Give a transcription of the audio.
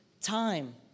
time